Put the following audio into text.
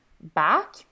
back